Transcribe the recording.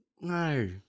No